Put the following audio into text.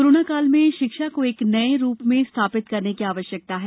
corona काल मे शिक्षा को एक नये रूप में स्थापित करने की आवश्यकता है